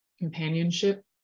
companionship